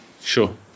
sure